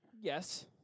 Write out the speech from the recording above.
Yes